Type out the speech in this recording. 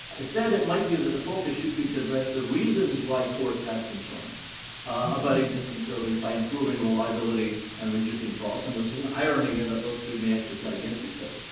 instead, it might be that the focus should be to address the reasons why courts have concerns about existing surveys by improving reliability and reducing costs, and this is an irony in that those two may actually cut against each other,